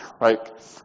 Right